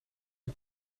een